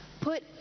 put